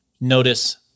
notice